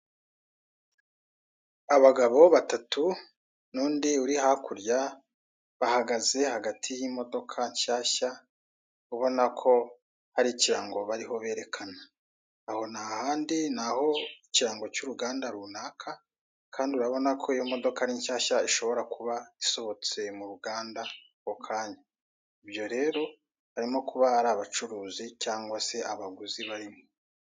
Abagabo batatu n'undi uri hakurya bahagaze hagati y'imodoka nshyashya ubona ko hari ikirango bariho berekana, aho ntahandi ni aho ikirango cy' uruganda runaka kandi urabona ko iyo modoka ari nshyashya ishobora kuba isohotse mu ruganda ako kanya ibyo harimo kuba ari abacuruzi cyangwa se abaguzi barimo.